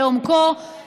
בואי נפריד בזה.